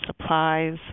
supplies